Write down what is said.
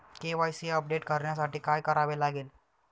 KYC update करण्यासाठी काय करावे लागेल?